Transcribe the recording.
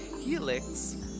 helix